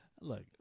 Look